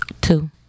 Two